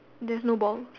there's no balls